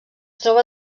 troba